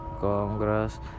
congress